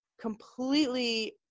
completely